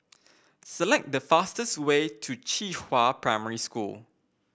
select the fastest way to Qihua Primary School